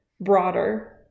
broader